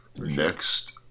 Next